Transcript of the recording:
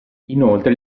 inoltre